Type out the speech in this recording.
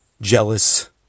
jealous